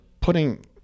putting